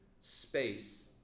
space